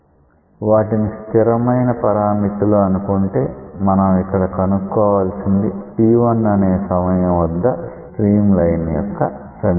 వాటిని స్థిరమైన పరామితులు అనుకుంటే మనం ఇక్కడ కనుక్కోవలిసింది t1 అనే సమయం వద్ద స్ట్రీమ్ లైన్ యొక్క సమీకరణం